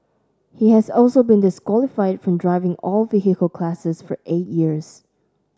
he has also been disqualified from driving all vehicle classes for eight years